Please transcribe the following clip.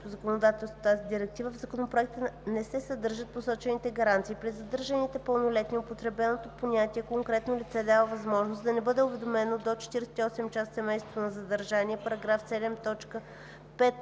законодателство тази директива, в Законопроекта не се съдържат посочените гаранции. При задържаните пълнолетни употребеното понятие „конкретно лице“ дава възможност да не бъде уведомявано до 48 часа семейството на задържания (§ 7,